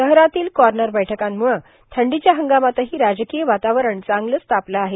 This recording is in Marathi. शहरातील कॉनर बैठकांमुळ थंडीच्या हंगामातही राजकांय वातावरण चांगलच तापलं आहे